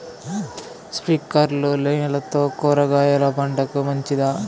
స్ప్రింక్లర్లు నీళ్లతో కూరగాయల పంటకు మంచిదా?